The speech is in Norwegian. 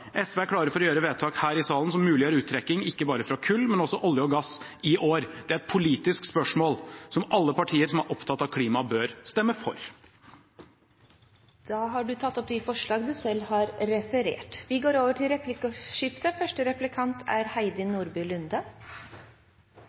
SV er klare for å gjøre vedtak her i salen som muliggjør uttrekking – ikke bare fra kull, men også olje og gass – i år. Det er et politisk spørsmål som alle partier som er opptatt av klima, bør stemme for. Representanten Serigstad Valen har tatt opp de forslagene han refererte til. Det blir replikkordskifte. I innstillingen har